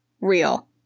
real